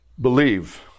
Believe